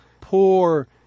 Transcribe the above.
poor